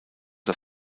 das